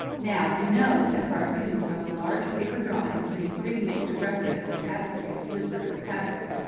now you know that cartoons are the large paper drawings made previous to frescos and tapestries to serve as patterns.